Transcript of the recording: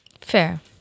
Fair